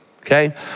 okay